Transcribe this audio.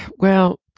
well,